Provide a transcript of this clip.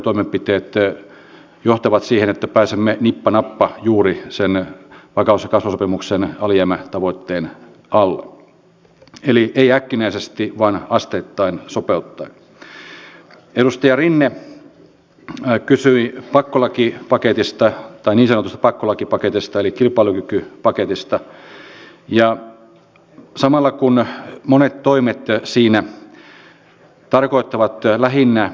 on häirinnyt hieman se että joiltain tahoilta on tullut sellainen käsitys että tämä omaishoitajien asia ei tällä hallituskaudella paranisi kun itse olen nyt ollut kuitenkin siinä käsityksessä että tämä on yksi niitä harvoja kohtia johon me haluamme satsata ja pystymme satsaamaan nyt vaikeina aikoina